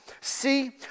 See